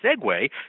segue